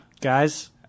Guys